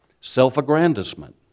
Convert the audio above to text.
Self-aggrandizement